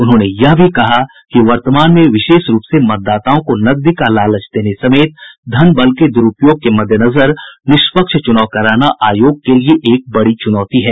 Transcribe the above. उन्होंने यह भी कहा कि वर्तमान में विशेष रूप से मतदाताओं को नकदी का लालच देने समेत धन बल के द्रूपयोग के मद्देनजर निष्पक्ष चुनाव कराना आयोग के लिए एक बड़ी चुनौती है